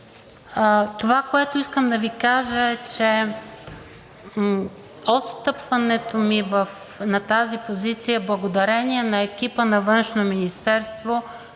Това, което искам да Ви кажа, е, че от встъпването ми на тази позиция, благодарение на екипа на Външното министерство,